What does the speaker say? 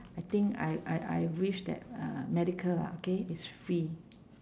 I think I I I wish that uh medical lah okay is free